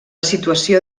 situació